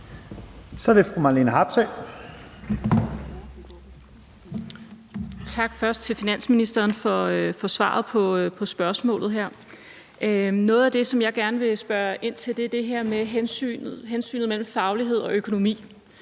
vil jeg sige tak til finansministeren for svaret på spørgsmålet her. Noget af det, som jeg gerne vil spørge ind til, er det her med hensynet mellem faglighed og økonomi.